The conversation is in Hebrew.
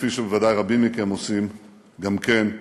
כפי שבוודאי רבים מכם עושים גם כן,